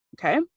Okay